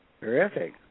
Terrific